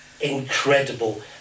incredible